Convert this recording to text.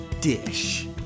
Dish